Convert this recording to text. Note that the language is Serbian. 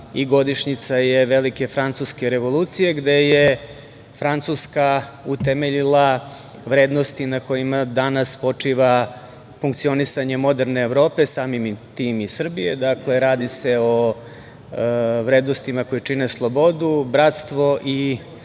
godišnjica velike Francuske revolucije gde je Francuska utemeljila vrednosti na kojima danas počiva funkcionisanje moderne Evrope, samim tim i Srbije. Dakle, radi se o vrednostima koje čine slobodu, bratstvo i